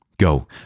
Go